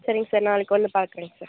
சரிங்க சார் நாளைக்கு வந்து பார்க்குறேன் சார்